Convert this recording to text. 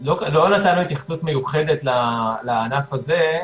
אנחנו לא נתנו התייחסות מיוחדת לענף הזה,